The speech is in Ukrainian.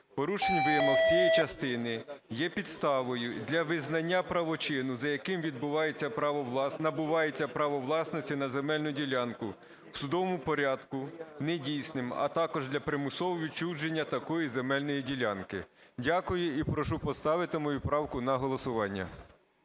"Порушення вимог цієї частини є підставою для визнання правочину, за яким набувається право власності на земельну ділянку, в судовому порядку недійсним, а також для примусового відчуження такої земельної ділянки". Дякую. І прошу поставити мою правку на голосування.